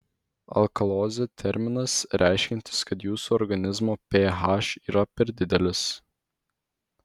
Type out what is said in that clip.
alkalozė terminas reiškiantis kad jūsų organizmo ph yra per didelis